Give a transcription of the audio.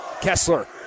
Kessler